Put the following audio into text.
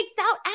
out